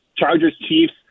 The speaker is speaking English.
Chargers-Chiefs